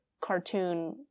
cartoon